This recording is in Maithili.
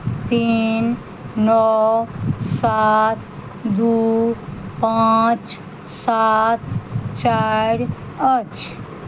तीन नओ सात दू पाँच सात चारि अछि